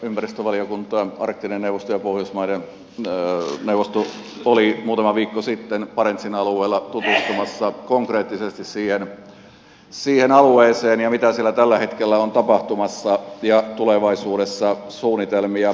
ympäristövaliokunta arktinen neuvosto ja pohjoismaiden neuvosto olivat muutama viikko sitten barentsin alueella tutustumassa konkreettisesti siihen alueeseen ja siihen mitä siellä tällä hetkellä on tapahtumassa ja on tulevaisuudessa suunnitelmia